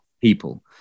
people